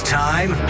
time